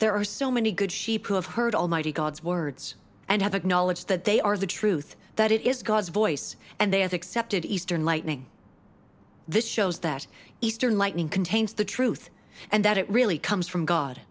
there are so many good sheep who have heard almighty god's words and have acknowledged that they are the truth that it is god's voice and they have accepted eastern lightning this shows that eastern lightning contains the truth and that it really comes from god